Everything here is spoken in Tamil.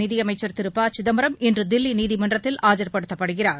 நிதியமைச்சர் திரு பசிதம்பரம் இன்று தில்லி நீதிமன்றத்தில் ஆஜர்படுத்தப்படுகிறார்